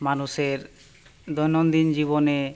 মানুষের দৈনন্দিন জীবনে